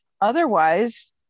otherwise